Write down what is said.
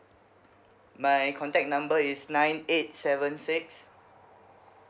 my contact number is nine eight seven six